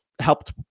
helped